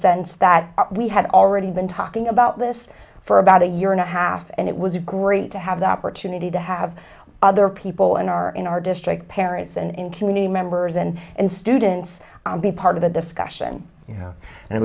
sense that we had already been talking about this for about a year and a half and it was great to have the opportunity to have other people in our in our district parents and community members and and students and be part of the discussion and it